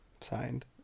Signed